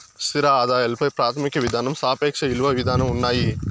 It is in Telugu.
స్థిర ఆదాయాల పై ప్రాథమిక విధానం సాపేక్ష ఇలువ విధానం ఉన్నాయి